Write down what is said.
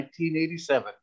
1987